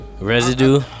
residue